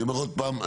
אני אומר עוד פעם,